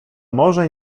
może